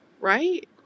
right